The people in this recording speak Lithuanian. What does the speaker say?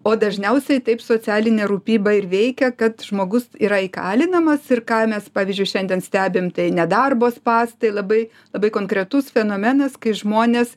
o dažniausiai taip socialinė rūpyba ir veikia kad žmogus yra įkalinamas ir ką mes pavyzdžiui šiandien stebim tai nedarbo spąstai labai labai konkretus fenomenas kai žmonės